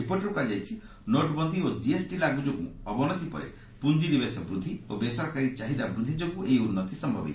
ରିପୋର୍ଟରେ କୁହାଯାଇଛି ନୋଟବନ୍ଦୀ ଓ କିଏସ୍ଟି ଲାଗୁ ଯୋଗୁଁ ଅବନତିପରେ ପୁଞ୍ଜିନିବେଶ ବୃଦ୍ଧି ଓ ବେସରକାରୀ ଚାହିଦା ବୃଦ୍ଧି ଯୋଗୁଁ ଏହି ଉନ୍ନତି ସମ୍ଭବ ହେବ